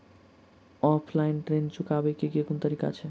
Offline ऋण चुकाबै केँ केँ कुन तरीका अछि?